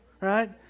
Right